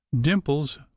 dimples